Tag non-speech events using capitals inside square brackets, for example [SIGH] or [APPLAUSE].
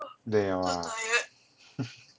累了 lah [LAUGHS]